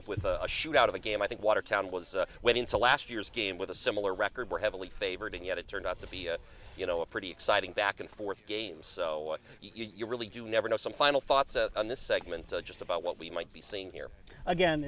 up with a shoot out of a game i think watertown was went into last year's game with a similar record were heavily favored and yet it turned out to be a you know a pretty exciting back and forth game so you really do never know some final thoughts on this segment just about what we might be saying here again